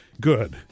good